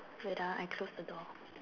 wait ah I close the door